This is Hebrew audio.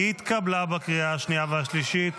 התקבלה בקריאה השנייה והשלישית,